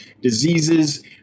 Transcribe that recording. diseases